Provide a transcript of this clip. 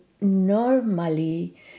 normally